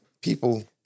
people